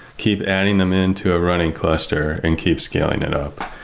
keep adding them into a running cluster and keep scaling it up.